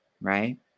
right